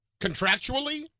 contractually